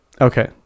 Okay